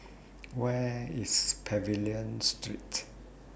Where IS Pavilion Street